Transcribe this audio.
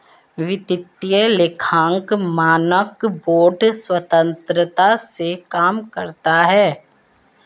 वित्तीय लेखांकन मानक बोर्ड स्वतंत्रता से काम करता है